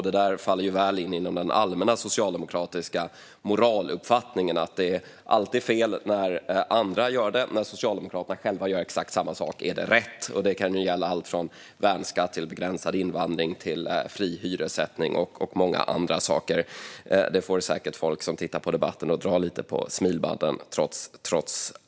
Det här faller väl in inom den allmänna socialdemokratiska moraluppfattningen att det alltid är fel när andra gör det medan det är rätt när Socialdemokraterna gör exakt samma sak. Det gäller allt från värnskatt och begränsad invandring till fri hyressättning och mycket annat. Detta får säkert folk som tittar på debatten att dra lite på smilbanden.